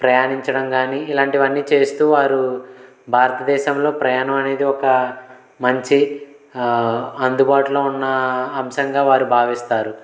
ప్రయాణించడం కానీ ఇలాంటివన్నీ చేస్తూ వారు భారత దేశంలో ప్రయాణం అనేది ఒకా మంచి అందుబాటులో ఉన్న అంశంగా వారు భావిస్తారు